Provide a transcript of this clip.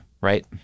right